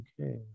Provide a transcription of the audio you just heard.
Okay